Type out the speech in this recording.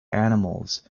animals